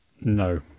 No